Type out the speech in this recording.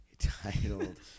titled